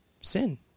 sin